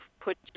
put